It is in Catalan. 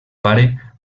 pare